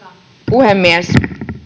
puhemies